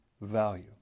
value